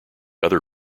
other